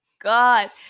god